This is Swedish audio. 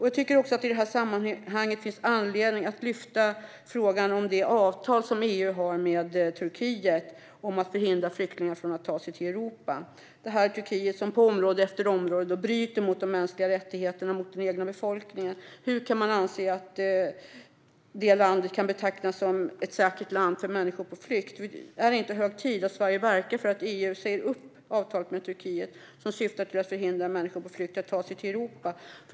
Jag tycker att det i det här sammanhanget finns anledning att lyfta frågan om det avtal som EU har med Turkiet om att förhindra flyktingar från att ta sig till Europa - detta Turkiet som på område efter område bryter mot de mänskliga rättigheterna mot den egna befolkningen. Hur kan man anse att det landet kan betraktas som ett säkert land för människor på flykt? Är det inte hög tid att Sverige verkar för att EU säger upp avtalet med Turkiet, som syftar till att förhindra människor på flykt att ta sig till Europa?